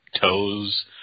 toes